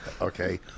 okay